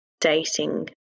dating